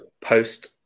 post